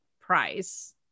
price